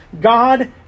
God